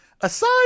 aside